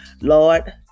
Lord